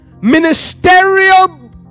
ministerial